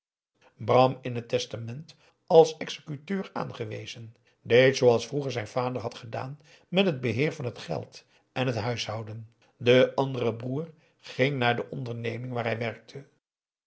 bram in het testament als executeur aangewezen deed zooals vroeger zijn vader had gedaan met het beheer van het geld en het huishouden de andere broer ging naar de onderneming waar hij werkte